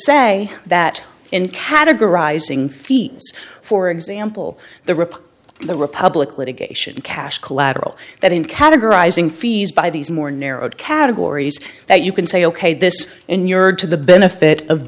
say that in categorizing fees for example the rip the republic litigation cash collateral that in categorizing fees by these more narrowed categories that you can say ok this inured to the benefit of